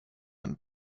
den